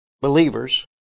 believers